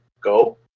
go